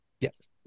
yes